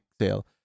sale